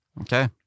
Okay